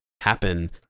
happen